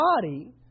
Body